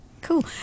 Cool